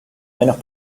menos